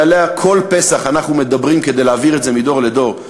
שעליה כל פסח אנחנו מדברים כדי להעביר את זה מדור לדור,